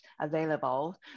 available